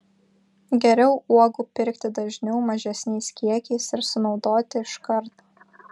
geriau uogų pirkti dažniau mažesniais kiekiais ir sunaudoti iš karto